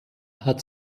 hat